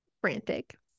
frantic